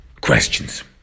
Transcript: questions